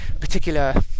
particular